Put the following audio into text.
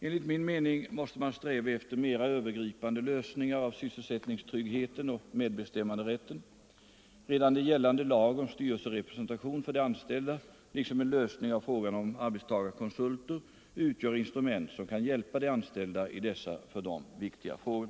Enligt min mening måste man sträva efter mera övergripande lösningar av sysselsättningstryggheten och medbestämmanderätten. Redan gällande lag om styrelserepresentation för de anställda liksom en lösning av frågan om arbetstagarkonsulter utgör instrument som kan hjälpa de anställda i dessa för dem viktiga frågor.